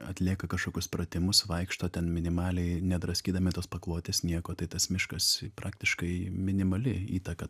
atlieka kažkokius pratimus vaikšto ten minimaliai nedraskydami tos paklotės nieko tai tas miškas praktiškai minimali įtaka